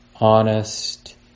honest